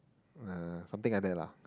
uh something like that lah